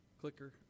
clicker